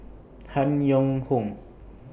Han Yong Hong